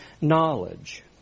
knowledge